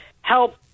help